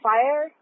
Fire